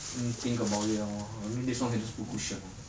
mm think about it lor I mean this one can just put cushion [what]